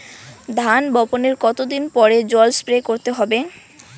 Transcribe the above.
ধান বপনের কতদিন পরে জল স্প্রে করতে হবে?